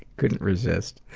couldn't resist.